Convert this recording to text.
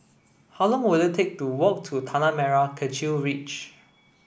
how long will it take to walk to Tanah Merah Kechil Ridge